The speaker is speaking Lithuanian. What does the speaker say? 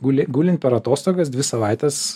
guli gulint per atostogas dvi savaites